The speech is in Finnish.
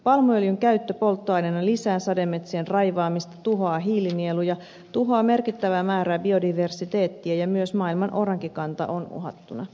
palmuöljyn käyttö polttoaineena lisää sademetsien raivaamista tuhoaa hiilinieluja tuhoaa merkittäviä määrää biodiversiteettiä ja myös maailman orankikanta on uhattuna